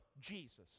Jesus